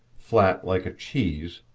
flat like a cheese,